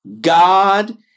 God